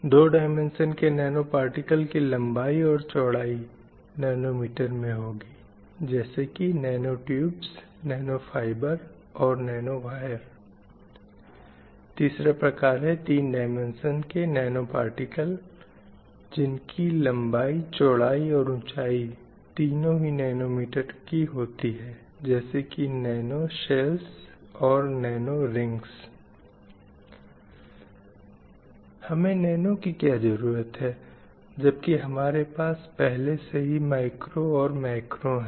दो डाईमेन्शन के nano particle की लम्बाई और चौड़ाई नैनो मीटर में होंगी जैसे की नैनो टूब्ज़ नैनो फ़ाइबर और नानो वायर तीसरा प्रकार है तीन डाईमेन्शन के नैनो पार्टिकल जिनकी लम्बाईचौड़ाई और ऊँचाई तीनों ही नैनो मीटर की होती हैं जैसे की नैनो शेल्स और नैनो रिंग्स हमें नैनो की क्या ज़रूरत है जबकि हमारे पास पहले से ही माइक्रो और मैक्रो हैं